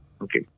Okay